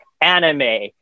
anime